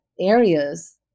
areas